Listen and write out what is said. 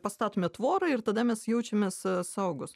pastatome tvorą ir tada mes jaučiamės saugūs